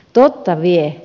totta vie